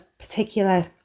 particular